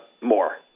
more